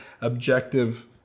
objective